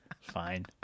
Fine